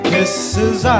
Kisses